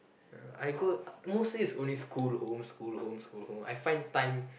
uh I go mostly is only school home school home school home I find time